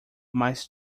mas